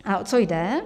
A o co jde?